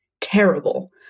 terrible